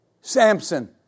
Samson